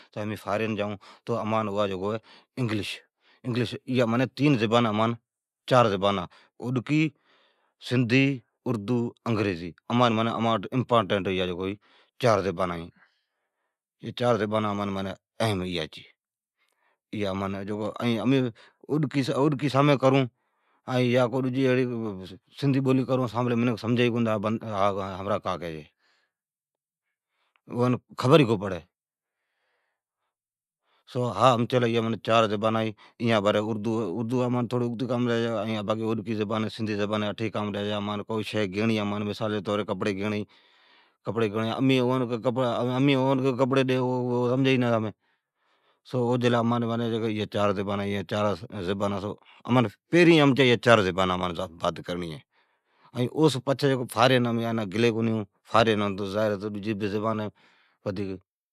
تہ امیں فارن جائون تو امان جکو ہے"انگلس"۔ایا امان تین، چار زبانا، اوڈکی، سندھی، اردو ائین انگریزی۔ امانٹھ منا ایا چار زبانا امپارٹنٹ اھم ہے۔ امین اوڈکی یا سندھی کرون تو ساملی منکھ سمجھی کونی ھمرا کا کی چھی۔ خبر ئی کو پڑی سو امچی لی ایا چار زبانا اردو، سندھی اوڈکی امان اتھی کام ڈی۔ مثال امین کپڑین گیئون جائون امین اون کیئون کپڑی ڈی اون سمجھیم کو آوی۔ او سون کرتی امچیا ایا چار زبانا ہی۔ پھریں ایا امان چار زبانا ھتھ کرڑیاں ھی، او سون پچھی فارن امین کڈھن گلی کونی اٹھو ڈجی زبان ہے۔ ودھیک